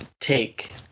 take